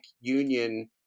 union